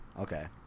okay